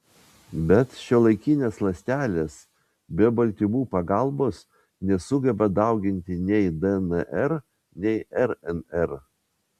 bet šiuolaikinės ląstelės be baltymų pagalbos nesugeba dauginti nei dnr nei rnr